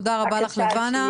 תודה רבה לך, לבנה.